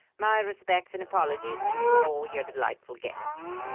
my respects and apologies to you and all your delightful guests.